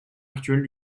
actuelle